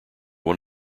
one